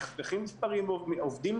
נחסכים עובדים,